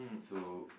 so